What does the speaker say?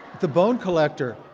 the bone collector,